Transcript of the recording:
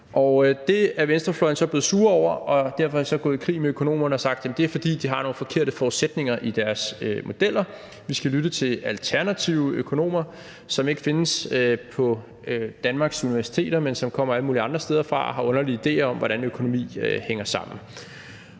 Det er venstrefløjen så blevet sure over, og derfor er de gået i krig med økonomerne og har sagt, at det er, fordi de har nogle forkerte forudsætninger i deres modeller. Vi skal lytte til alternative økonomer, som ikke findes på Danmarks universiteter, men som kommer alle mulige andre steder fra og har underlige idéer om, hvordan økonomi hænger sammen.